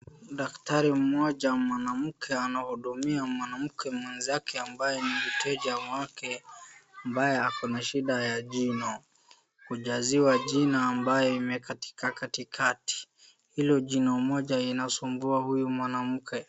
Daktari Moja mwanamke anahudumia mwanamke mwenzake ambaye ni mteja wake, Ambaye ako na shida ya jino, Kujaziwa jino ambaye imekatika katikati, Hilo jino Moja inasumbua huyo mwanamke.